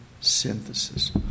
synthesis